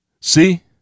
See